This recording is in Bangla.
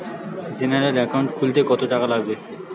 জেনারেল একাউন্ট খুলতে কত টাকা লাগবে?